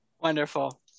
Wonderful